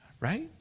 Right